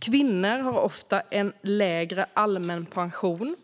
Kvinnor har ofta en lägre allmän pension